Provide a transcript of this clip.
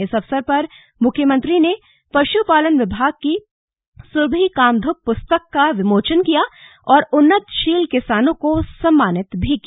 इस अवसर पर मुख्यमंत्री ने पशुपालन विभाग की सुरभि कामधुक् पुस्तक का विमोचन किया और उन्नतशील किसानों को सम्मानित भी किया